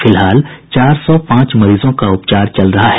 फिलहाल चार सौ पांच मरीजों का उपचार चल रहा है